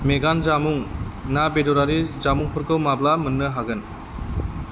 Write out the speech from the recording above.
भेगान जामुं ना बेदरारि जामुंफोरखौ माब्ला मोन्नो हागोन